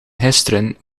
gisteren